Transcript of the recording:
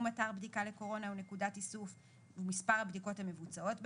אתר בדיקה לקורונה או נקודת איסוף ומספר הבדיקות המבוצעות בהם,